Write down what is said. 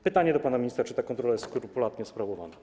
Pytanie do pana ministra: Czy ta kontrola jest skrupulatnie sprawowana?